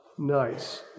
Nice